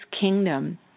kingdom